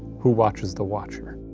who watches the watcher?